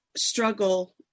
struggle